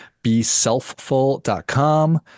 BeSelfful.com